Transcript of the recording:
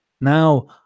Now